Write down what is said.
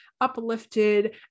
uplifted